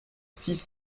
six